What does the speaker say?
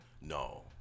No